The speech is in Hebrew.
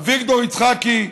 אביגדור יצחקי,